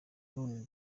none